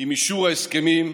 עם אישור ההסכמים,